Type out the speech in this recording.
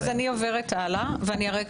אני עוברת הלאה ואני אראה.